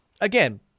again